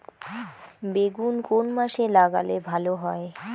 বেগুন কোন মাসে লাগালে ভালো হয়?